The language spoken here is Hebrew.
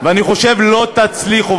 ואני חושב שלא תצליחו,